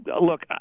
look